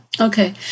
Okay